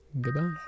goodbye